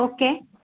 okay